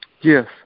Yes